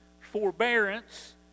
forbearance